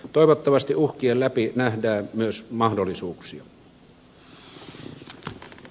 toivottavasti uhkien läpi nähdään myös mahdollisuuksia